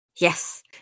Yes